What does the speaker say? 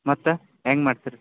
ಮತ್ತೆ ಹೆಂಗೆ ಮಾಡ್ತೀರಿ